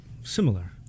Similar